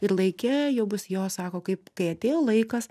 ir laike jau bus jos sako kaip kai atėjo laikas